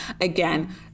again